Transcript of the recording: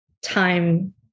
time